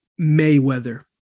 Mayweather